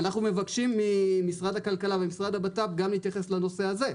אנחנו מבקשים ממשרד הכלכלה והמשרד לביטחון פנים גם להתייחס לנושא הזה.